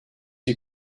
you